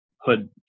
hood